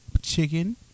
chicken